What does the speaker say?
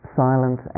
silent